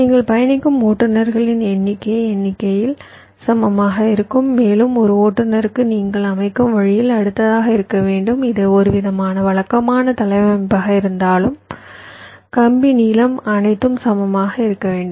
நீங்கள் பயணிக்கும் ஓட்டுனர்களின் எண்ணிக்கை எண்ணிக்கையில் சமமாக இருக்கும் மேலும் ஒரு ஓட்டுநருக்கு நீங்கள் அமைக்கும் வழியில் அடுத்ததாக இருக்க வேண்டும் இது ஒருவிதமான வழக்கமான தளவமைப்பாக இருக்க வேண்டும் கம்பி நீளம் அனைத்தும் சமமாக இருக்க வேண்டும்